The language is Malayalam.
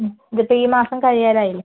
മ് ഇത് ഇപ്പം ഈ മാസം കഴിയാറായില്ലേ